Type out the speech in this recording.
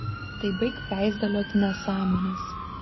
tai baik peizaliot nesąmones